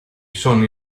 sono